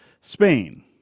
Spain